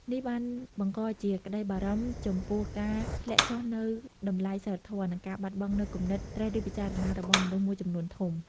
នេះបានបង្កជាក្តីបារម្ភចំពោះការធ្លាក់ចុះនូវតម្លៃសីលធម៌ និងការបាត់បង់នូវគំនិតត្រិះរិះពិចារណារបស់មនុស្សមួយចំនួនធំ។